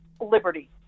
liberty